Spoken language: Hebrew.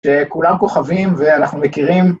שכולם כוכבים ואנחנו מכירים...